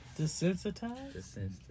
Desensitized